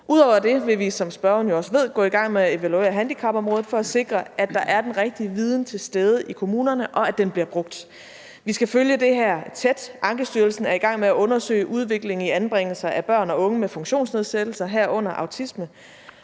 Ud over det vil vi, som spørgeren jo også ved, gå i gang med at evaluere handicapområdet for at sikre, at der er den rigtige viden til stede i kommunerne, og at den bliver brugt. Vi skal følge det her tæt. Ankestyrelsen er i gang med at undersøge udviklingen i anbringelser af børn og unge med funktionsnedsættelser, herunder autisme.